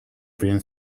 been